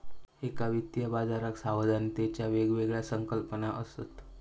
एका वित्तीय बाजाराक सावधानतेच्या वेगवेगळ्या संकल्पना असत